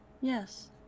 Yes